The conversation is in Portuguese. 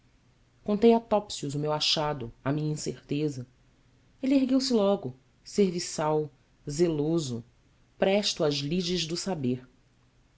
contei a topsius o meu achado a minha incerteza ele ergueu-se logo serviçal zeloso presto às lides do saber